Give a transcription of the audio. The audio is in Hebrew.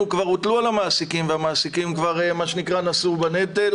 כבר הוטלו על המעסיקים והמעסיקים נשאו בנטל,